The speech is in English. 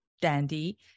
dandy